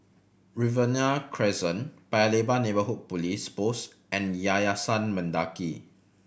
Riverina Crescent Paya Lebar Neighbourhood Police Post and Yayasan Mendaki